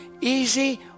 easy